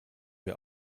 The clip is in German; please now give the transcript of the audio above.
wir